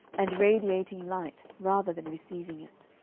and radiating light rather than receiving it.